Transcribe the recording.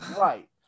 Right